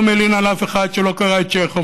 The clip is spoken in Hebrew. מלין על אף אחד שהוא לא קרא את צ'כוב.